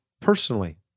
Personally